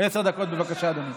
עשר דקות, בבקשה, אדוני.